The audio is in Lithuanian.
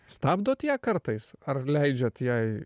stabdot ją kartais ar leidžiat jai